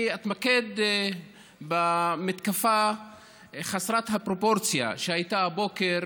אני אתמקד במתקפה חסרת הפרופורציה שהייתה הבוקר